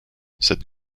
cette